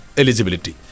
eligibility